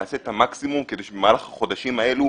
נעשה את המקסימום במהלך החודשים האלה